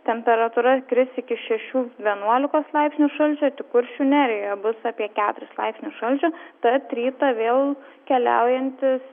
temperatūra kris iki šešių vienuolikos laipsnių šalčio tik kuršių nerijoje bus apie keturis laipsnius šalčio tad rytą vėl keliaujantys